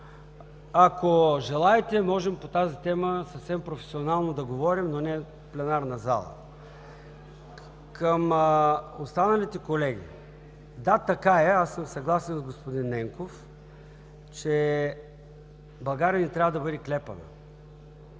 Ако желаете, можем по тази тема съвсем професионално да говорим, но не в пленарната зала. Към останалите колеги – да, така е. Аз съм съгласен с господин Ненков, че България не трябва да бъде клепана.